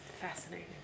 fascinating